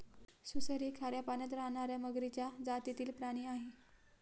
सुसर ही खाऱ्या पाण्यात राहणार्या मगरीच्या जातीतील प्राणी आहे